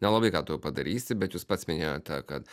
nelabai ką tu jau padarysi bet jūs pats minėjote kad